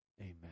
amen